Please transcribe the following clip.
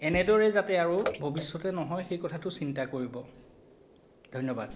এনেদৰে যাতে আৰু ভৱিষ্যতে নহয় সেই কথাটো চিন্তা কৰিব ধন্যবাদ